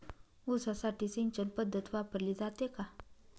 ऊसासाठी सिंचन पद्धत वापरली जाते का?